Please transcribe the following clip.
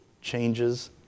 changes